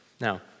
Now